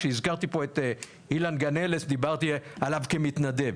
כשהזכרתי פה את אלן גנלס דיברתי עליו כמתנדב.